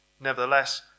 Nevertheless